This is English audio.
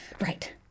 Right